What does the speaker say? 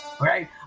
right